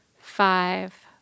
five